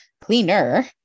cleaner